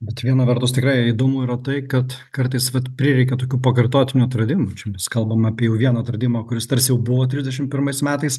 bet viena vertus tikrai įdomu yra tai kad kartais vat prireikia tokių pakartotinių atradimų čia mes kalbam apie jau vieną atradimą kuris tarsi jau buvo trisdešim pirmais metais